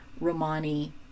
Romani